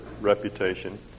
reputation